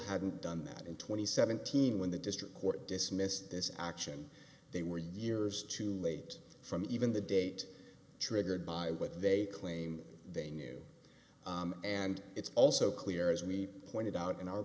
hadn't done that in twenty seventeen when the district court dismissed this action they were years too late from even the date triggered by what they claim they knew and it's also clear as we pointed out in our